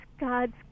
God's